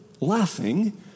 laughing